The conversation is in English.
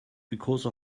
because